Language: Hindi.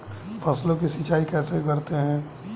फसलों की सिंचाई कैसे करते हैं?